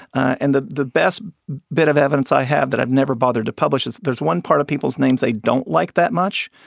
and the the best bit of evidence i have that i've never bothered to publish is there's one part of people's names they don't like that much,